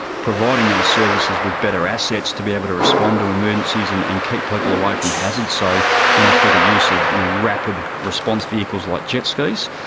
providing those services with better assets to be able to respond to emergencies and and keep people away from hazards, so you know through the use of you know rapid response vehicles like jet skis,